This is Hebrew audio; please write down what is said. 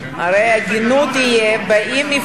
הרי מן ההגינות יהיה אם,